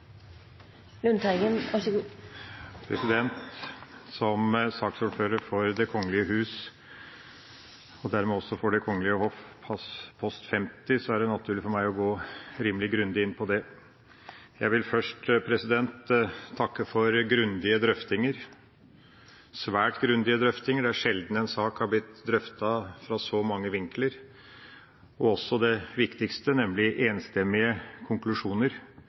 det naturlig for meg å gå rimelig grundig inn på det. Jeg vil først takke for svært grundige drøftinger – det er sjelden en sak er blitt drøftet fra så mange vinkler – og det viktigste, nemlig enstemmige konklusjoner